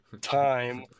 time